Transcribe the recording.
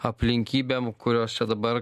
aplinkybėm kurios čia dabar